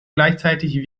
gleichzeitig